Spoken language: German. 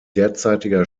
derzeitiger